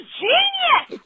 genius